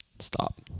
stop